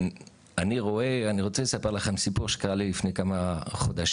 אני רוצה לספר לכם סיפור שקרה לי לפני כמה חודשים.